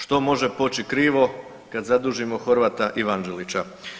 Što može poći krivo kad zadužimo Horvata i Vanđelića.